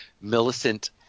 Millicent